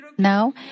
Now